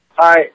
Hi